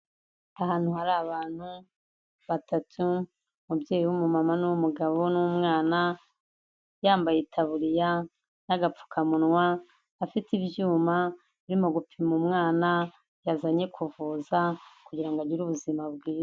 Ahantu hari abantu batatu, umubyeyi w'umumama w'umugabo n'umwana, yambaye itaburiya n'agapfukamunwa afite ibyuma, urimo gupima umwana yazanye kuvuza kugira ngo agire ubuzima bwiza.